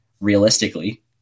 Realistically